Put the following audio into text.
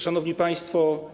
Szanowni Państwo!